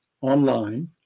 online